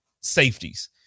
safeties